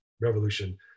revolution